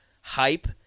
hype